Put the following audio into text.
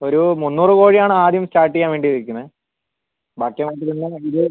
ഒരു മുന്നൂറ് കോഴിയാണ് ആദ്യം സ്റ്റാർട്ട് ചെയ്യാൻ വേണ്ടി വയ്ക്കുന്നത് ബാക്കി നമുക്ക് പിന്നെ ഇത്